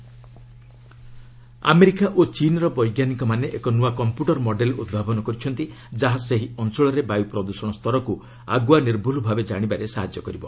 new computer model America ଓ ଚୀନ୍ର ବୈଜ୍ଞାନିକମାନେ ଏକ ନୁଆ କମ୍ପ୍ୟୁଟର ମଡେଲ ଉଦ୍ଭାବନ କରିଛନ୍ତି ଯାହା ସେହି ଅଞ୍ଚଳରେ ବାୟୁ ପ୍ରଦୂଷଣ ସ୍ତରକୁ ଆଗୁଆ ନିର୍ଭ୍ଜୁଲ୍ ଭାବେ ଜାଣିବାରେ ସାହାଯ୍ୟ କରିବ